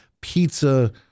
pizza